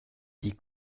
die